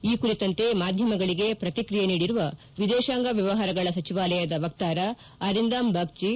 ಈ ಕುರಿತಂತೆ ಮಾಧ್ಯಮಗಳಿಗೆ ಪ್ರತಿಕ್ರಿಯೆ ನೀಡಿರುವ ವಿದೇಶಾಂಗ ವ್ಲವಹಾರಗಳ ಸಚಿವಾಲಯದ ವಕ್ತಾರ ಅರಿಂಧಾಮ್ ಬಾಗ್ನಿ